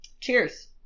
Cheers